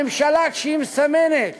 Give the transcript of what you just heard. הממשלה, כשהיא מסמנת